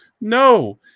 no